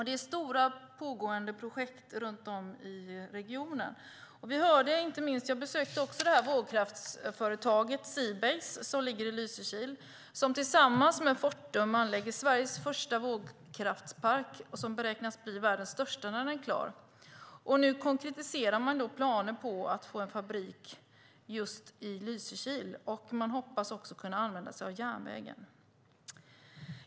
Det är stora pågående projekt runt om i regionen. Jag besökte också vågkraftsföretaget Seabased i Lysekil som tillsammans med Fortum anlägger Sveriges första vågkraftspark, som beräknas bli världens största när den är klar. Nu konkretiserar man planer på att få en fabrik just i Lysekil, och man hoppas också kunna använda sig av järnvägen.